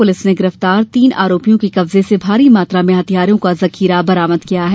police ने गिरफतार तीन आरोपियों के कब्जे से भारी मात्रा में हथियारों का जखीरा बरामद किया है